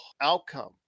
outcome